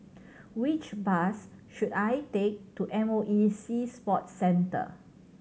which bus should I take to M O E Sea Sports Centre